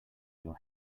your